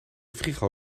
frigo